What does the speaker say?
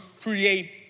create